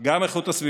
גם איכות הסביבה.